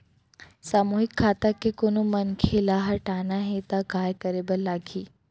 सामूहिक खाता के कोनो मनखे ला हटाना हे ता काय करे बर लागही?